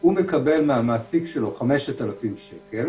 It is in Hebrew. הוא מקבל מהמעסיק שלו 5,000 שקל,